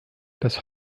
das